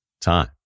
time